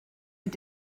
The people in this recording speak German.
mit